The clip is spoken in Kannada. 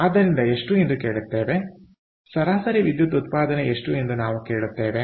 ಆದ್ದರಿಂದ ಎಷ್ಟು ಎಂದು ಕೇಳುತ್ತೇವೆ ಸರಾಸರಿ ವಿದ್ಯುತ್ ಉತ್ಪಾದನೆ ಎಷ್ಟು ಎಂದು ನಾವು ಕೇಳುತ್ತೇವೆ